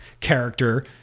character